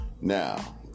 Now